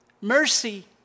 mercy